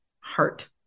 heart